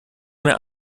mehr